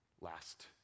Last